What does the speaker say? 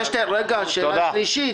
רגע, השאלה השלישית.